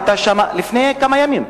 לפני כמה ימים,